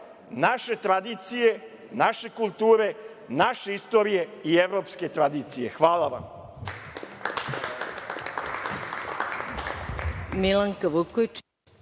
naše tradicije, naše kulture, naše istorije i evropske tradicije. Hvala.